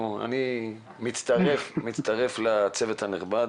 אני מצטרף לצוות הנכבד.